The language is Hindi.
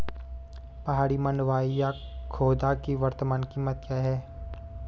पहाड़ी मंडुवा या खोदा की वर्तमान कीमत क्या है?